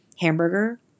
hamburger